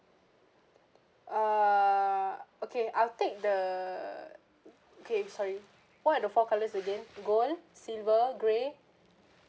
ah okay I'll take the okay sorry what are the four colours again gold silver grey